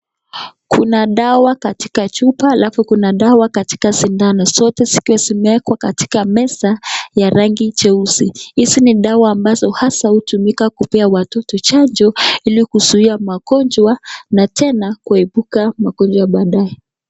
Kuna dawa katika chupa alafu kuna dawa katika sindano, zote zikiwa zimewekwa katika meza ya rangi cheusi. Hizi ni dawa ambazo hasa hutumika kupea watoto chanjo, ili kuzuia magonjwa na tena kuepuka magonjwa ya baadae.